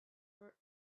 for